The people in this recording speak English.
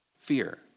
fear